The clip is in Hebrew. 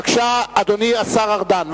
בבקשה, אדוני השר ארדן.